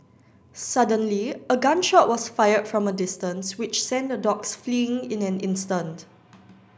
suddenly a gun shot was fired from a distance which sent the dogs fleeing in an instant